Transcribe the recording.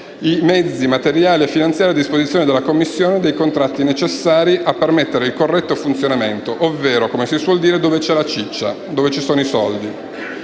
i mezzi materiali e finanziari a disposizione della commissione dei contratti, necessari a permetterne il corretto funzionamento, ovvero, come si suol dire, dove c'è la ciccia, dove ci sono i soldi